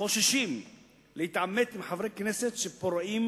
חוששים להתעמת עם חברי כנסת שפורעים